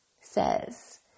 says